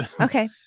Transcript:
Okay